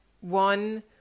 one